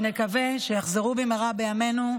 ונקווה שיחזרו במהרה בימינו,